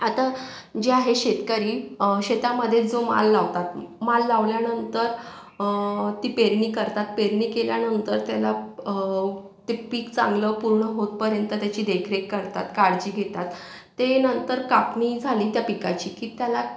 आता जे आहे शेतकरी शेतामध्ये जो माल लावतात माल लावल्यानंतर ती पेरणी करतात पेरणी केल्यानंतर त्याला ते पीक चांगलं पूर्ण होतपर्यंत त्याची देखरेख करतात काळजी घेतात त्या नंतर कापणी झाली त्या पिकाची की त्याला